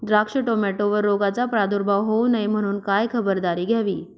द्राक्ष, टोमॅटोवर रोगाचा प्रादुर्भाव होऊ नये म्हणून काय खबरदारी घ्यावी?